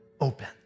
open